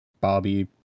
Bobby